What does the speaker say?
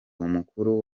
mukuru